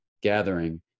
gathering